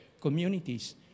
communities